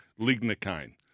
lignocaine